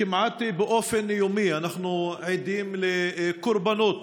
כמעט באופן יומי אנחנו עדים לקורבנות